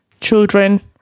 children